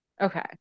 Okay